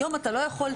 היום אתה לא יכול,